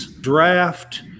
draft